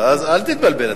אל תתבלבל.